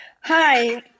Hi